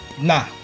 Nah